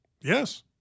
Yes